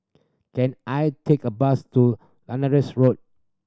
can I take a bus to Road